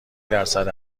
درصد